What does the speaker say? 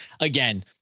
again